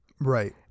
Right